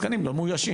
תקנים לא מאוישים.